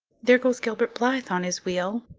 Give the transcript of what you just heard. there goes gilbert blythe on his wheel.